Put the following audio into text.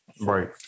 Right